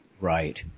Right